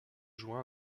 joint